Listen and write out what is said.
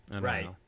right